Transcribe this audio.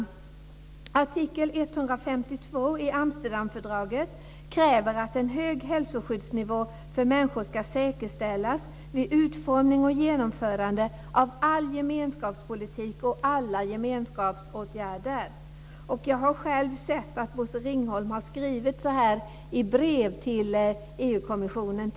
I artikel 152 i Amsterdamfördraget krävs att en hög hälsoskyddsnivå för människor ska säkerställas vid utformning och genomförande av all gemenskapspolitik och alla gemenskapsåtgärder. Jag har sett att Bosse Ringholm tidigare har uttryckt sig på detta sätt i brev till EG-kommissionen.